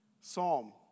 Psalm